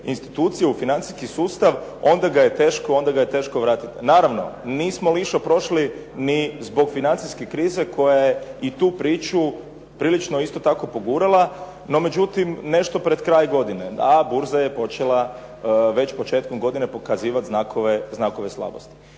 institucije, u financijski sustav, onda ga je teško vratiti. Naravno, nismo loše prošli ni zbog financijske krize koja je i tu priču prilično isto tako pogurala, no međutim nešto pred kraj godine ta burza je počela već početkom godine pokazivat znakove slabosti.